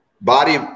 body